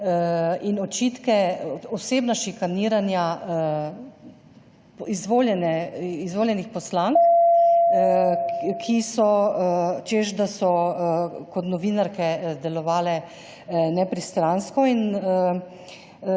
in osebna šikaniranja izvoljenih poslank, češ da so kot novinarke delovale pristransko.